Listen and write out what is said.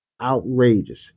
Outrageous